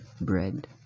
bread